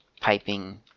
piping